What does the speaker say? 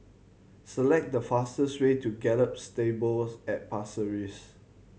select the fastest way to Gallop Stables at Pasir Ris